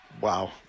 Wow